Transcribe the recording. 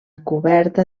coberta